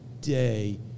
day